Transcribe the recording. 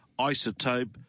Isotope